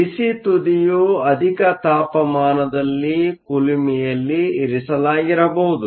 ಬಿಸಿ ತುದಿಯು ಅಧಿಕ ತಾಪಮಾನದಲ್ಲಿ ಕುಲುಮೆಯಲ್ಲಿ ಇರಿಸಲಾಗಿರಬಹುದು